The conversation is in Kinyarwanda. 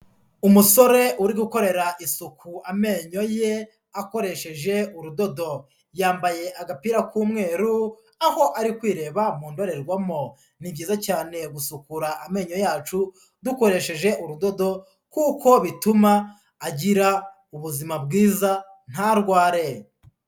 Umusore uri gukorera isuku amenyo ye akoresheje urudodo, yambaye agapira k'umweru aho ari kwireba mu ndorerwamo. Ni byiza cyane gusukura amenyo yacu dukoresheje urudodo kuko bituma agira ubuzima bwiza ntarware.